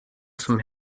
zum